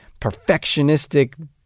perfectionistic